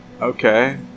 Okay